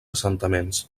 assentaments